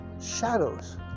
shadows